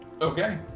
Okay